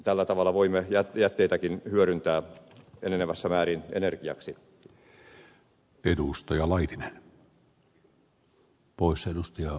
tällä tavalla voimme jätteitäkin hyödyntää enenevässä määrin energiaksi